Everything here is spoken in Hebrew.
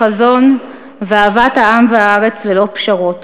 חזון ואהבת העם והארץ ללא פשרות,